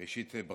ראשית,